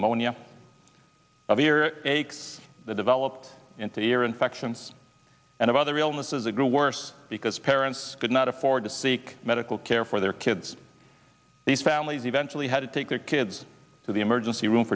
the monia of ear aches that develop into ear infections and other illnesses a grew worse because parents could not afford to seek medical care for their kids these families eventually had to take their kids to the emergency room